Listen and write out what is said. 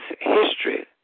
history